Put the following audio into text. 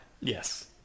yes